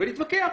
ונתווכח.